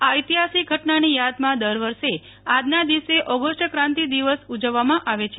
આ ઐતિહાસિક ઘટનાની યાદમાં દર વર્ષે આજના દિવસે ઓગષ્ટ ક્રાંતિ દિવસ ઉજવવામાં આવે છે